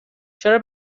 چرا